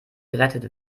gerettet